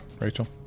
Rachel